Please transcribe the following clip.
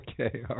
Okay